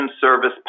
service